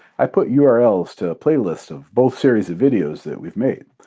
i put yeah urls to playlists of both series of videos that we have made.